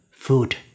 food